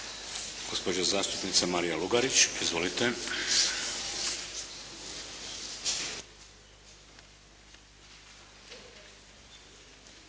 gospođa zastupnica Marija Lugarić. Izvolite.